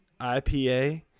IPA